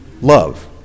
Love